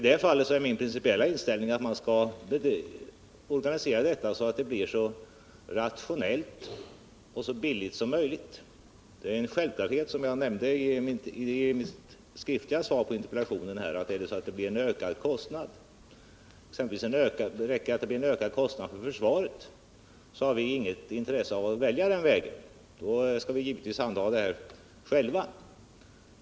Det är min principiella inställning, att man skall organisera överföringen så att det blir så rationellt och så billigt som möjligt. Det är, som jag nämnde i mitt inledande svar på interpellationen, självklart att vi om en åtgärd leder till en ökad kostnad för försvaret inte har något intresse av att välja den vägen. Under sådana förhållanden skall vi givetvis själva handha verksamheten.